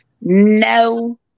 No